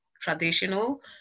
traditional